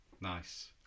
Nice